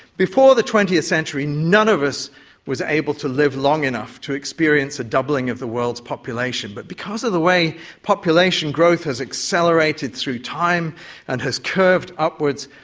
before the twentieth century, none of us were able to live long enough to experience a doubling of the world's population, but because of the way population growth has accelerating through time and has curved upwards,